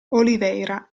oliveira